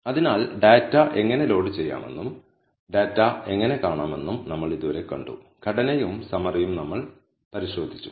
അതിനാൽ ഡാറ്റ എങ്ങനെ ലോഡ് ചെയ്യാമെന്നും ഡാറ്റ എങ്ങനെ കാണാമെന്നും നമ്മൾ ഇതുവരെ കണ്ടു ഘടനയും സമ്മറിയും നമ്മൾ പരിശോധിച്ചു